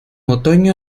otoño